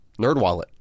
NerdWallet